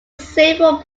several